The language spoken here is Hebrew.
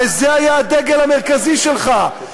הרי זה היה הדגל המרכזי שלך,